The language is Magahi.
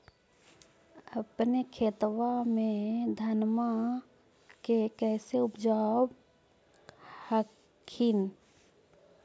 अपने खेतबा मे धन्मा के कैसे उपजाब हखिन?